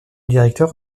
directeur